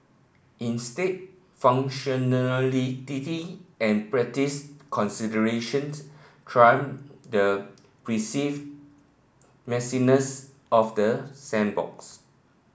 instead and practice considerations trump the perceived messiness of the sandboxes